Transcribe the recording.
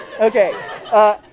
Okay